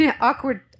awkward